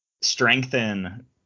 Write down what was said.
strengthen